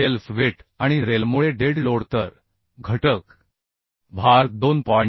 self weight आणि रेलमुळे dead load तर घटक भार 2